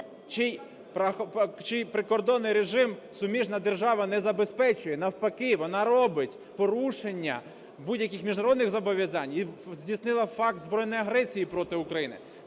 чий прикордонний режим суміжна держава не забезпечує, а навпаки вона робить порушення будь-яких міжнародних зобов'язань і здійснила факт збройної агресії проти України.